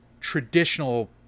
traditional